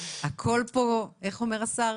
הכל פה, איך אומר השר?